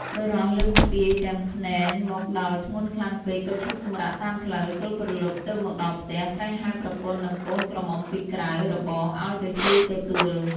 បុរសលើកស្ពាយ ទាំងភ្នែនមកដោយ ធ្ងន់ខ្លាំងពេកក៏ឈប់សំរាកតាមផ្លូវទល់ព្រលប់ទើបមកដល់ផ្ទះ ស្រែកហៅប្រពន្ធនិងកូនក្រមុំពីក្រៅ របងឱ្យទៅជួយទទួល ។